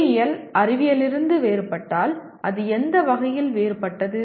பொறியியல் அறிவியலிலிருந்து வேறுபட்டால் அது எந்த வகையில் வேறுபட்டது